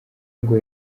ngo